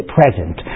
present